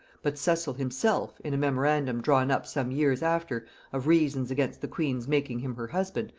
but cecil himself, in a memorandum drawn up some years after of reasons against the queen's making him her husband,